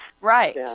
right